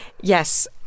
Yes